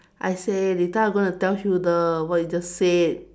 I say later I'm going to tell you the what you just said